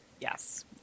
Yes